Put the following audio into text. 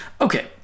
Okay